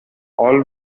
all